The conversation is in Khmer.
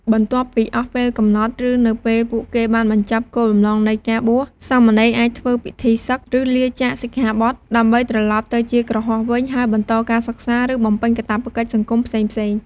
បន្ទាប់ពីអស់ពេលកំណត់ ឬនៅពេលពួកគេបានបញ្ចប់គោលបំណងនៃការបួស សាមណេរអាចធ្វើពិធីសឹក ឬលាចាកសិក្ខាបទ ដើម្បីត្រឡប់ទៅជាគ្រហស្ថវិញ ហើយបន្តការសិក្សា ឬបំពេញកាតព្វកិច្ចសង្គមផ្សេងៗ។